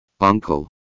Uncle